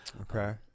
Okay